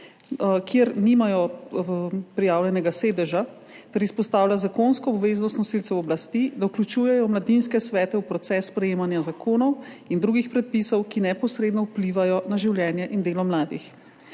kjer nimajo prijavljenega sedeža, ter izpostavlja zakonsko obveznost nosilcev oblasti, da vključujejo mladinske svete v proces sprejemanja zakonov in drugih predpisov, ki neposredno vplivajo na življenje in delo mladih.